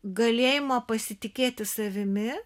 galėjimo pasitikėti savimi